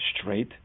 straight